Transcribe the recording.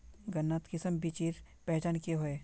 गन्नात किसम बिच्चिर पहचान की होय?